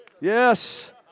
Yes